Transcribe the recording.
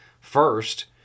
First